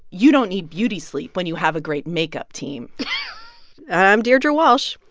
you don't need beauty sleep when you have a great makeup team and i'm deirdre walsh.